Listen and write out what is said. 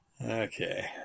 Okay